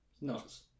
Nuts